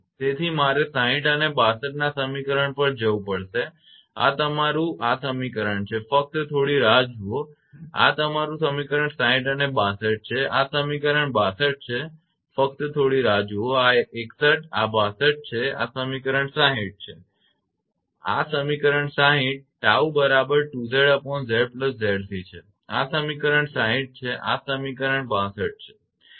તેથી મારે 60 અને 62 ના સમીકરણ પર જવું પડશે આ તમારું આ સમીકરણ છે ફક્ત થોડી રાહ જુઓ આ તમારુ સમીકરણ 60 અને 62 છે આ સમીકરણ 62 છે અને ફક્ત થોડી રાહ જુઓ આ 61 છે આ 62 છે આ સમીકરણ 60 છે આ સમીકરણ 60 𝜏 બરાબર 2𝑍𝑍𝑍𝑐 છે આ સમીકરણ 60 છે અને આ સમીકરણ 62 છેબરાબર